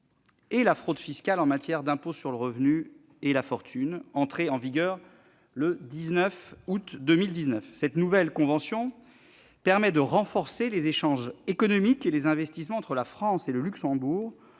et la fraude fiscales en matière d'impôts sur le revenu et la fortune, entré en vigueur le 19 août 2019. Cette nouvelle convention permet de renforcer les échanges économiques et les investissements entre la France et le Luxembourg,